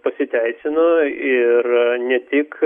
pasiteisino ir ne tik